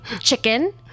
chicken